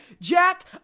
jack